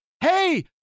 hey